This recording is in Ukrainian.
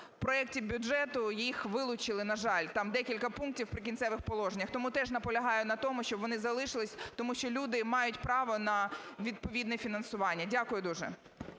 в проекті бюджету їх вилучили, на жаль. Там декілька пунктів в "Прикінцевих положеннях". Тому теж наполягаю на тому, щоб вони залишилися, тому що люди мають право на відповідне фінансування. Дякую дуже.